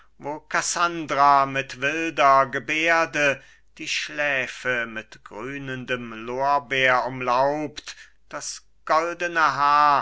kassandra mit wilder geberde die schläfe mit grünendem lorbeer umlaubt das goldene haar